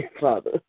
Father